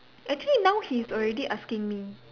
actually now he's already asking me